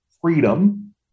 freedom